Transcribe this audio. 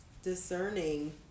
discerning